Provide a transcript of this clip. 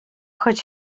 duit